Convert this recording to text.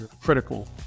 critical